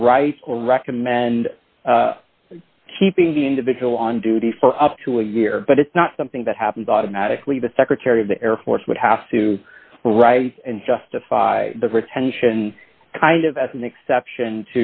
or recommend keeping the individual on duty for up to a year but it's not something that happens automatically the secretary of the air force would have to arise and justify the retention kind of as an exception